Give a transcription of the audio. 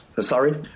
sorry